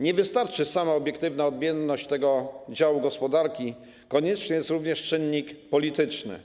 Nie wystarczy sama obiektywna odmienność tego działu gospodarki, konieczny jest również czynnik polityczny,